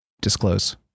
disclose